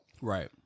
Right